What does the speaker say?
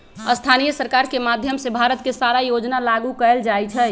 स्थानीय सरकार के माधयम से भारत के सारा योजना लागू कएल जाई छई